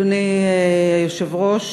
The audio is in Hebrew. אדוני היושב-ראש,